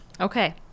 okay